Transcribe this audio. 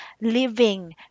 living